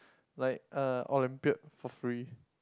like uh Olympiad for free